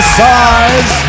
size